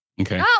Okay